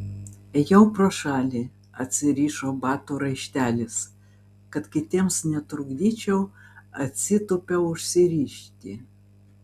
ėjau pro šalį atsirišo bato raištelis kad kitiems netrukdyčiau atsitūpiau užsirišti